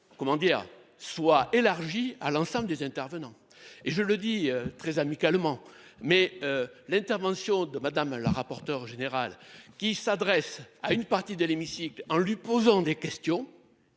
soit élargie à l'ensemble des intervenants. Je le dis très amicalement, l'intervention de Mme la rapporteure générale, qui s'adresse à une partie de l'hémicycle en lui posant des questions,